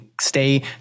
stay